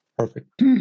Perfect